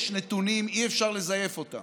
יש נתונים, אי-אפשר לזייף אותם.